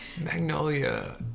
magnolia